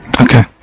Okay